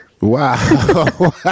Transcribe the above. Wow